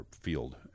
field